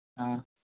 ஆ